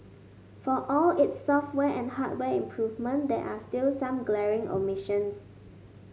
for all its software and hardware improvement there are still some glaring omissions